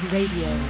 Radio